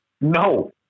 no